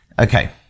Okay